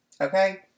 okay